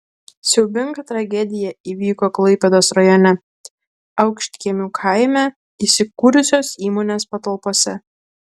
siaubinga tragedija įvyko klaipėdos rajone aukštkiemių kaime įsikūrusios įmonės patalpose